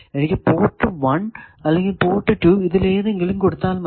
എനിക്ക് പോർട്ട് 1 അല്ലെങ്കിൽ പോർട്ട് 2 ഇതിലേതെങ്കിലും കൊടുത്താൽ മതി